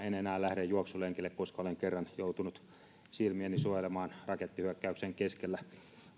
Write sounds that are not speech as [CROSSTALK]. [UNINTELLIGIBLE] en enää lähde juoksulenkille uudenvuodenaattona koska olen kerran joutunut silmiäni suojelemaan rakettihyökkäyksen keskellä